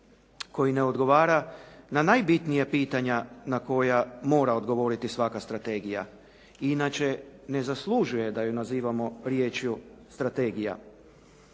koji ne odgovara na najbitnija pitanja na koja mora odgovoriti svaka strategija, inače ne zaslužuje da ju nazivamo rječju strategija.